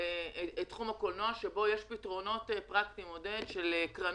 תחום הקולנוע, שבו יש פתרונות פרקטיים של קרנות.